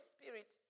Spirit